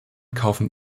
kaufen